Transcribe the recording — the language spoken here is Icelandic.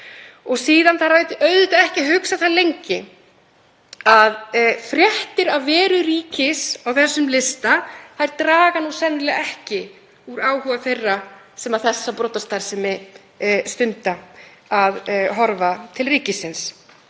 og síðan þarf auðvitað ekki að hugsa það lengi að fréttir af veru ríkis á þessum lista draga sennilega ekki úr áhuga þeirra sem þessa brotastarfsemi stunda á að horfa til ríkisins.